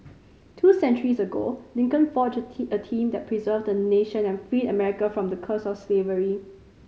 two centuries ago Lincoln forged a team that preserved a nation and freed America from the curse of slavery